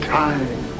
time